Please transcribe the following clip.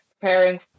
preparing